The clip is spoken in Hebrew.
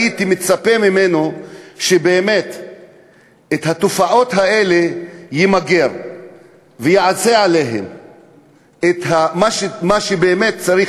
הייתי מצפה ממנו שבאמת ימגר את התופעות האלה ויעשה את מה שבאמת צריך